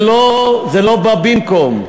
זה לא בא במקום.